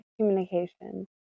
communication